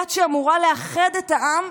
דת שאמורה לאחד את העם,